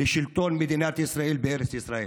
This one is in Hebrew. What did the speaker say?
לשלטון מדינת ישראל בארץ ישראל.